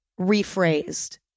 rephrased